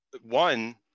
one